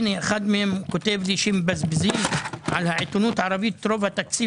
אחד מהם כותב יל שמבזבזים על העיתונות הערבית את רוב התקציב